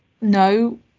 No